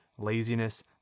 laziness